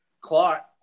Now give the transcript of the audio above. Clark